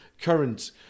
current